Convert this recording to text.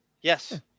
Yes